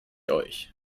euch